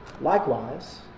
Likewise